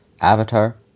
Avatar